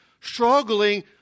struggling